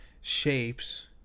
shapes